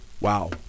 Wow